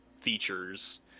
features